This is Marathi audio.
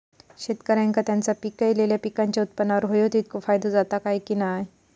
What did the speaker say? शेतकऱ्यांका त्यांचा पिकयलेल्या पीकांच्या उत्पन्नार होयो तितको फायदो जाता काय की नाय?